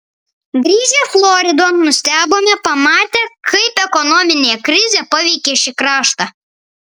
grįžę floridon nustebome pamatę kaip ekonominė krizė paveikė šį kraštą